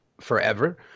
forever